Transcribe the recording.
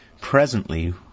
Presently